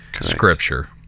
Scripture